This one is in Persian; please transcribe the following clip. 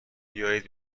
بیایید